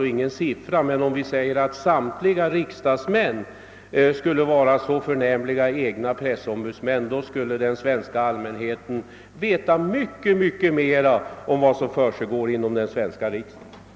Skulle vi övriga riksdagsledamöter vara så förnämliga egna pressombudsmän, skulle den svenska allmänheten veta mycket mer om vad som försiggår inom den svenska riksdagen.